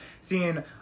seeing